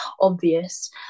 obvious